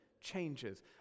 changes